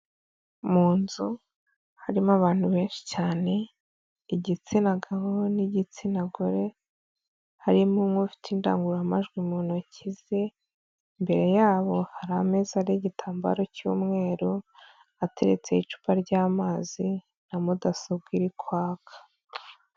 Mu nzu harimo abantu benshi cyane igitsina gabo n'igitsina gore harimo nk'ufite indangurumajwi mu ntoki ze mbere yabo hari amezi n'igitambaro cy'umweru ateretse icupa ry'amazi na mudasobwa iri kwaka.